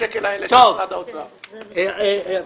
עכשיו